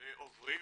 ועוברים